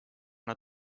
nad